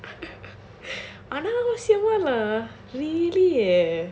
அனாவசியமா நான் மொகறக்கட்ட:anaavasiyamaa naan mogarakatta